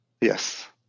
Yes